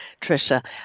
trisha